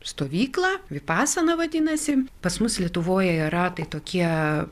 stovyklą vipasana vadinasi pas mus lietuvoje yra tai tokie